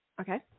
Okay